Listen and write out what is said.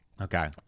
Okay